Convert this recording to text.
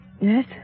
Yes